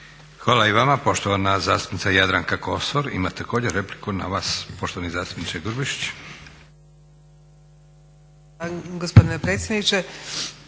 Hvala i vama. Poštovana zastupnica Jadranka Kosor ima također repliku na vas poštovani zastupniče Grubišić.